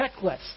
checklist